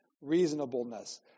reasonableness